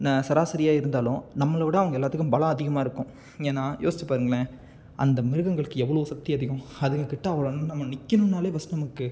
ந சராசரியாக இருந்தாலும் நம்மளை விட அவங்க எல்லோத்துக்கும் பலம் அதிகமாக இருக்கும் ஏன்னா யோசித்துப் பாருங்களேன் அந்த மிருகங்களுக்கு எவ்வளோ சக்தி அதிகம் அதுங்கக் கிட்டே அவ்வளோ நம்ம நிற்கணும்னாலே ஃபர்ஸ்ட் நமக்கு